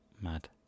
Mad